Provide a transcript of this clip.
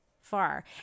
Far